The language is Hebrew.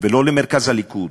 ולא למרכז הליכוד,